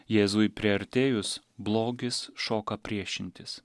jėzui priartėjus blogis šoka priešintis